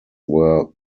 were